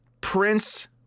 Prince